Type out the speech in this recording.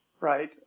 right